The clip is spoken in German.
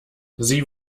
sie